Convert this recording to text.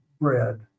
bread